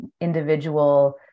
individual